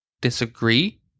disagree